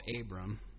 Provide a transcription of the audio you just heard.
Abram